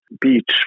beach